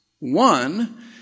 One